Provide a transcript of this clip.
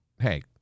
hey